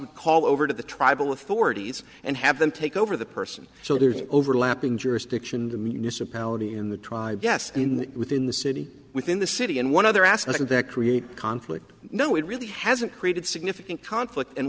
would call over to the tribal authorities and have them take over the person so there's overlapping jurisdiction the municipality in the tribe yes in the within the city within the city and one other aspect that create conflict no it really hasn't created significant conflict and